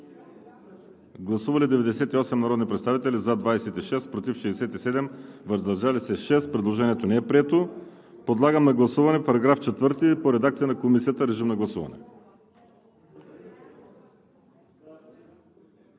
Гласували 98 народни представители: за 26, против 67, въздържали се 5. Предложението не е прието. Подлагам на гласуване § 4 по редакция на Комисията. Гласували